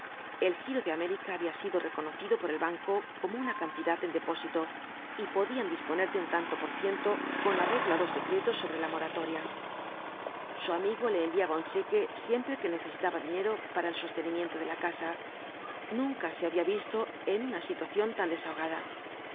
el giro de américa había sido reconocido por el banco como una cantidad en depósito y podían disponer de un tanto por ciento con arreglo á los decretos sobre la moratoria su amigo le enviaba un cheque siempre que necesitaba dinero para el sostenimiento de la casa nunca se había visto en una situación tan desahogada